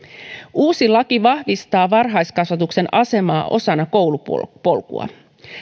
uusi laki vahvistaa varhaiskasvatuksen asemaa osana koulupolkua